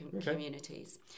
communities